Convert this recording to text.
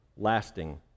lasting